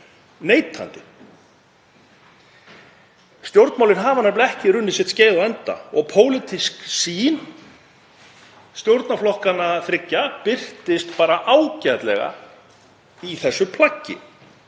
neitandi. Stjórnmálin hafa nefnilega ekki runnið sitt skeið á enda og pólitísk sýn stjórnarflokkanna þriggja birtist bara ágætlega í þessu plaggi.